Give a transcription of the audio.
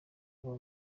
kuba